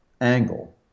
angle